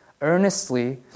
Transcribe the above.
earnestly